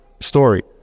story